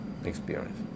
experience